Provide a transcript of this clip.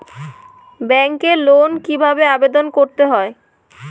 ব্যাংকে লোন কিভাবে আবেদন করতে হয়?